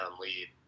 lead